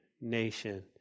nation